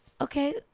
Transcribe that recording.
Okay